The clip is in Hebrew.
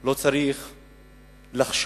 לא צריך לחשוש,